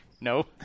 no